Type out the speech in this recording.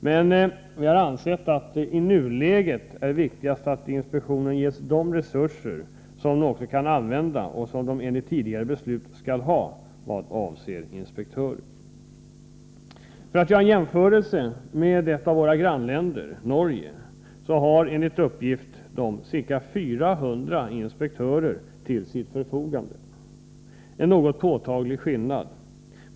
Men vi har ansett att det i nuläget är viktigast att inspektionen ges de resurser som den kan använda och som den enligt tidigare beslut skall ha i vad avser inspektörer. För att göra en jämförelse med ett av våra grannländer, Norge, kan jag nämna att man där enligt uppgift har ca 400 inspektörer till sitt förfogande. Det är en påtaglig skillnad.